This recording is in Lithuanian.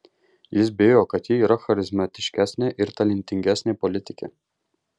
jis bijo kad ji yra charizmatiškesnė ir talentingesnė politikė